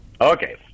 Okay